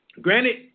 Granted